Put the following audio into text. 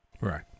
Right